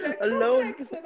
alone